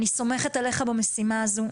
אני סומכת עליך במשימה הזו,